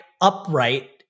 upright